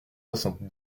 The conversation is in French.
soixante